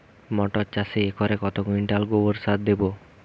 মটর চাষে একরে কত কুইন্টাল গোবরসার দেবো?